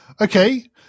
Okay